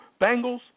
Bengals